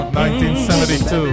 1972